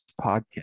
Podcast